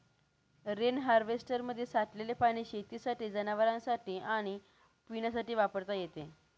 rain हार्वेस्टरमध्ये साठलेले पाणी शेतीसाठी, जनावरांनासाठी आणि पिण्यासाठी वापरता येते